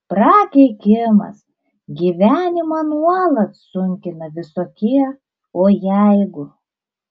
prakeikimas gyvenimą nuolat sunkina visokie o jeigu